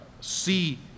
see